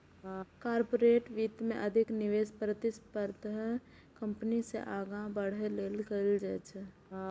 corporate वित्त मे अधिक निवेश प्रतिस्पर्धी कंपनी सं आगां बढ़ै लेल कैल जाइ छै